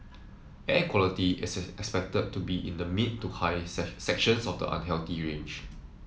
air quality is expected to be in the mid to high sections of the unhealthy range